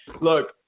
Look